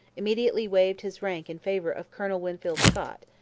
immediately waived his rank in favour of colonel winfield scott,